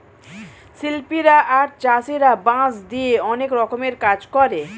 শিল্পীরা আর চাষীরা বাঁশ দিয়ে অনেক রকমের কাজ করে